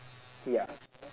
ya